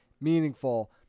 meaningful